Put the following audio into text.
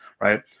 right